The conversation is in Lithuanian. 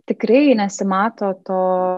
tikrai nesimato to